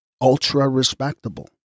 Ultra-respectable